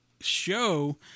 show